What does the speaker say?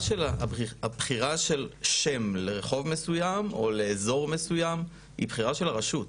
הבחירה של שם לרחוב מסוים או לאיזור מסוים היא בחירה של הרשות,